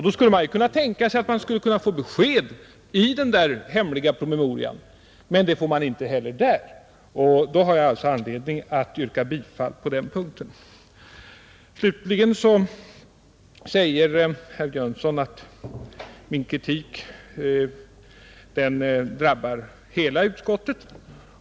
Då kunde det tänkas att man skulle kunna få besked i den där hemliga promemorian, men det får man inte heller. Då har jag alltså anledning att yrka bifall på den punkten. Herr Jönsson i Arlöv säger att min kritik drabbar hela utskottet.